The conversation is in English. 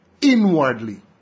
inwardly